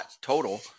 total